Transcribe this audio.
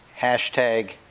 hashtag